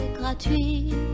gratuit